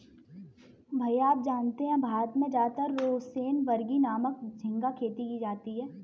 भैया आप जानते हैं भारत में ज्यादातर रोसेनबर्गी नामक झिंगा खेती की जाती है